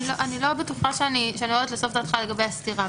אני לא בטוחה שאני יורדת לסוף דעתך לגבי הסתירה,